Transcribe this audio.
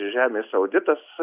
žemės auditas